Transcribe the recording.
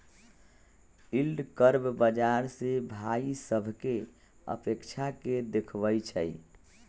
yield curve बाजार से भाइ सभकें अपेक्षा के देखबइ छइ